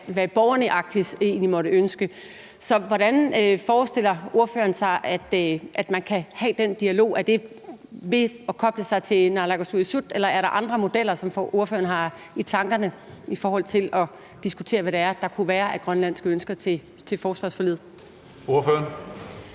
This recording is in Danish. hvad borgerne i Arktis egentlig måtte ønske. Hvordan forestiller ordføreren sig at man kan have den dialog? Er det ved at koble sig til naalakkersuisut? Eller er der andre modeller, som ordføreren har i tankerne i forhold til at diskutere, hvad det er, der kunne være af grønlandske ønsker til forsvarsforliget? Kl.